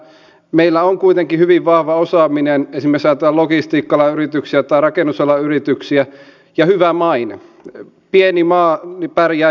vielä on sanottava että kyllä tämä kokonaiskuva on hyvin tärkeä esimerkiksi yksittäisen eläkeläisen osalta jolle nämä yksittäiset päätökset kasautuvat ja johon vaikuttavat mutta myös koko yhteiskunnan osalta